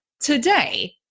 Today